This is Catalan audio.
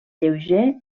lleuger